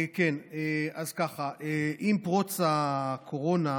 עם פרוץ הקורונה,